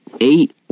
Eight